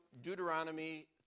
Deuteronomy